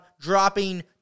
dropping